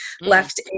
left